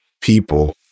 people